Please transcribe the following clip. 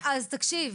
אז, תקשיב.